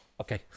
okay